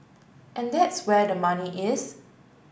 and that's where the money is